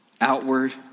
outward